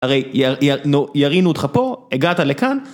הרי, ירינו אותך פה, הגעת לכאן.